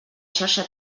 xarxa